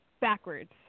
backwards